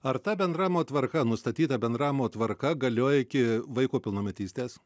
ar ta bendravimo tvarka nustatyta bendravimo tvarka galioja iki vaiko pilnametystės